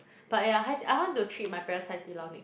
but yeah Hai-Di I want to treat my parents Hai-Di-Lao next